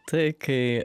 tai kai